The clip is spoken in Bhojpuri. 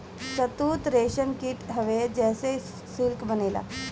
शहतूत रेशम कीट हवे जेसे सिल्क बनेला